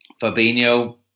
Fabinho